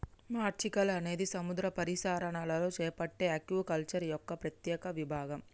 mariculture అనేది సముద్ర పరిసరాలలో చేపట్టే ఆక్వాకల్చర్ యొక్క ప్రత్యేక విభాగం